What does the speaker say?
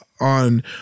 on